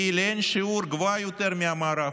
היא לאין שיעור גבוהה יותר מבמערב.